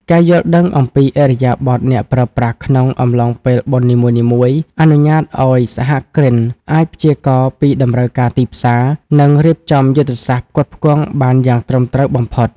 ការយល់ដឹងអំពីឥរិយាបថអ្នកប្រើប្រាស់ក្នុងអំឡុងពេលបុណ្យនីមួយៗ អនុញ្ញាតឱ្យសហគ្រិនអាចព្យាករណ៍ពីតម្រូវការទីផ្សារ និងរៀបចំយុទ្ធសាស្ត្រផ្គត់ផ្គង់បានយ៉ាងត្រឹមត្រូវបំផុត។